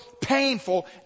painful